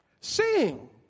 sing